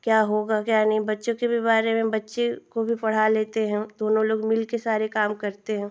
क्या होगा क्या नहीं बच्चों के भी बारे में बच्चे को भी पढ़ा लेते हैं हम दोनों लोग मिल कर सारे काम करते हैं